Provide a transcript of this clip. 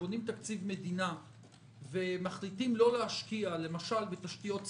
כשבונים תקציב מדינה ומחליטים לא להשקיע למשל בתשתיות ציבוריות,